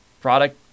product